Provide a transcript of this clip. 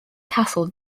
castle